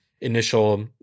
initial